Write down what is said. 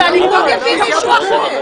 לא, אז שהליכוד יביא מישהו אחר.